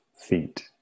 feet